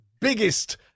biggest